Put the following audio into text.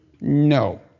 No